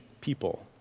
people